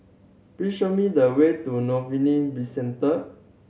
please show me the way to Bizcenter